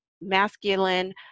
masculine